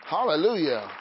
Hallelujah